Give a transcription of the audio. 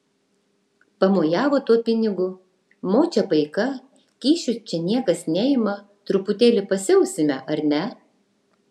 pamojavo tuo pinigu močia paika kyšių čia niekas neima truputėlį pasiausime ar ne